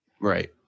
Right